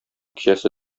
кичәсе